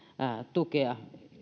tukea